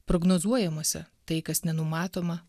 prognozuojamuose tai kas nenumatoma